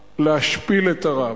להשפיל את הרב,